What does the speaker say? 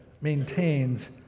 maintains